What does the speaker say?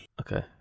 Okay